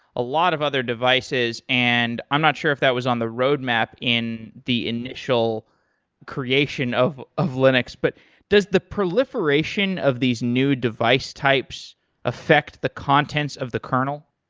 a lot of other devices. and i'm not sure if that was on the roadmap in the initial creation of of linux. but does the proliferation of these new device types affect the contents of the kernel?